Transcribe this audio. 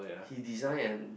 he design and